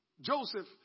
Joseph